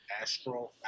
Astro